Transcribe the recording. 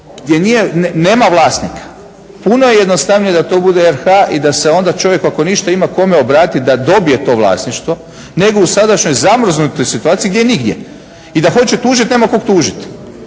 gdje nema vlasnika puno je jednostavnije da to bude RH i da se onda čovjek ako ništa ima kome obratiti da dobije to vlasništvo, nego u sadašnjoj zamrznutoj situaciji gdje je nigdje i da hoće tužiti nema kog tužit.